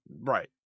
right